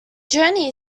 journey